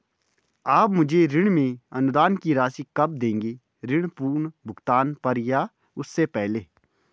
आप मुझे ऋण में अनुदान की राशि कब दोगे ऋण पूर्ण भुगतान पर या उससे पहले?